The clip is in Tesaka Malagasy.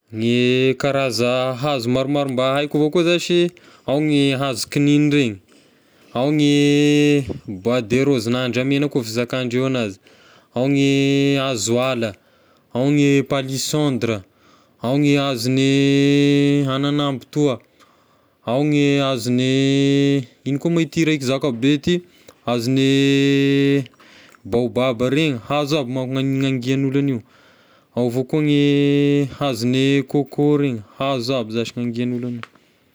Ny karaza hazo maromaro mba haiko avao koa zashy ao gne hazo kigninina regny, ao gne bois de rose na andramegna koa fizakandreo anazy, ao gne hazo ala, ao gne palissendre, ao gne hazon'ny ananambo toa, ao gne hazon'ny igno koa moa ity raika zaka be ity, hazon'ny baobab regny hazo amby manko ny hangian'ny olo an'io, ao avao koa gne hazon'ny coco regny hazo aby zashy hangian'olo an'io.